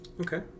Okay